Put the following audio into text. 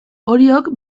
oriok